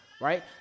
right